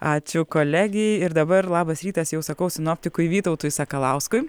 ačiū kolegei ir dabar labas rytas jau sakau sinoptikui vytautui sakalauskui